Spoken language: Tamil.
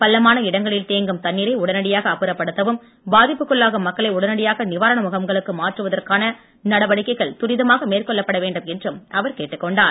பள்ளமான இடங்களில் தேங்கும் தண்ணீரை உடனடியாக அப்புறப்படுத்தவும் பாதிப்புக்குள்ளாகும் மக்களை உடனடியாக நிவாரண முகாம்களுக்கு மாற்றுவதற்கான நடவடிக்கைகள் துரிதமாக மேற்கொள்ளப்பட வேண்டும் என்றும் அவர் கேட்டுக் கொண்டார்